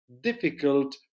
difficult